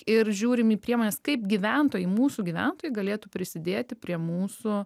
ir žiūrim į priemones kaip gyventojai mūsų gyventojai galėtų prisidėti prie mūsų